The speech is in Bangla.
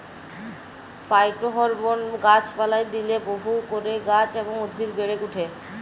ফাইটোহরমোন গাছ পালায় দিইলে বহু করে গাছ এবং উদ্ভিদ বেড়েক ওঠে